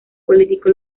político